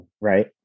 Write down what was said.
Right